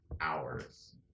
hours